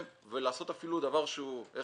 לעשות אפילו דבר שהוא לא